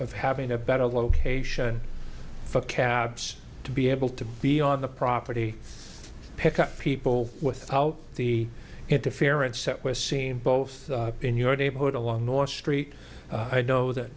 of having a better location for cabs to be able to be on the property pick up people without the interference so it was seen both in your neighborhood along north st i don't know that